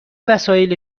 وسایل